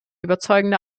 überzeugende